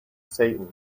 satan